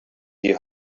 your